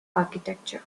architecture